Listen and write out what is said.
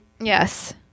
Yes